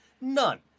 None